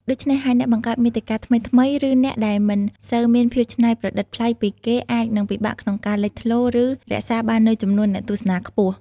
ដូច្នេះហើយ អ្នកបង្កើតមាតិកាថ្មីៗ ឬអ្នកដែលមិនសូវមានភាពច្នៃប្រឌិតប្លែកពីគេអាចនឹងពិបាកក្នុងការលេចធ្លោរ ឬ រក្សាបាននូវចំនួនអ្នកទស្សនាខ្ពស់។